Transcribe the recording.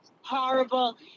horrible